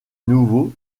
nouveau